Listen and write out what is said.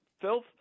filth